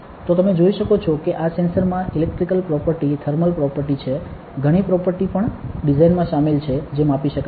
તો તમે જોઈ શકો છો કે આ સેન્સરમાં ઇલેક્ટ્રિકલ પ્રોપર્ટી થર્મલ પ્રોપર્ટી છે ઘણી પ્રોપર્ટી પણ ડિઝાઇનમાં શામેલ છે જે માપી શકાય છે